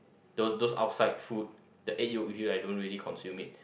those those outside food the egg yolk usually I don't really consume it